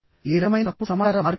ఏ రకమైన తప్పుడు సమాచార మార్పిడి